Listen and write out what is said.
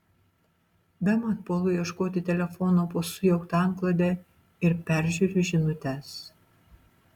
bemat puolu ieškoti telefono po sujaukta antklode ir peržiūriu žinutes